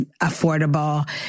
affordable